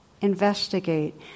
Investigate